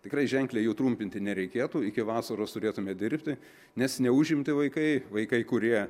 tikrai ženkliai jų trumpinti nereikėtų iki vasaros turėtume dirbti nes neužimti vaikai vaikai kurie